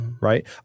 right